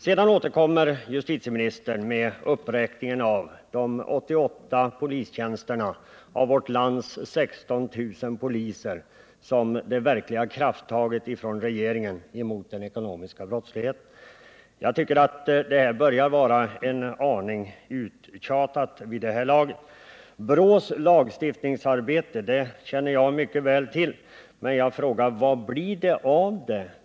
Vidare återkommer justitieministern med hänvisningen till de 88 polistjänsterna, i en kår av 16 000 poliser, som regeringens verkliga krafttag mot den ekonomiska brottsligheten. Jag tycker att det börjar vara en aning uttjatat vid det här laget. Jag känner mycket väl till BRÅ:s lagstiftningsarbete, men jag frågar vad det blir av detta.